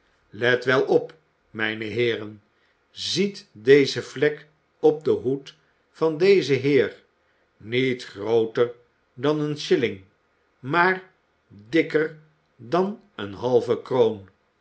let wel op mijne heeren ziet dezen vlek op den hoed van dezen heer niet grooter dan een schilling maar dikker dan eene halve kroon